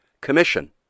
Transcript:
Commission